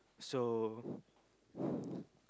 so